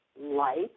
light